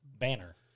banner